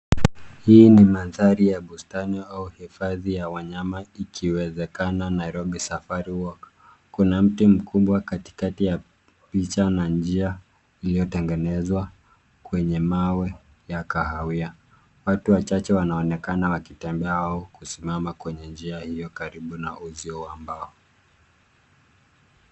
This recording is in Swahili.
Hii ni mandhari ya bustani au hifadhi ya wanyama ikiwezekana Nairobi safari Walk . Kuna mti mkubwa katikati ya picha na njia iliyotengenezwa kwenye mawe ya kahawia. Watu wachache wanaonekana wakitembea au kusimama kwenye njia iliyo karibu na uzio wa mbao.